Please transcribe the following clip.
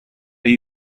are